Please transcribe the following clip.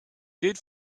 did